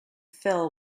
fell